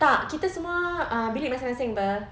tak kita semua ah bilik masing-masing [pe]